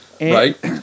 right